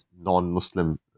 non-Muslim